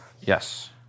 Yes